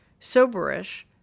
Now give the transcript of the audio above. Soberish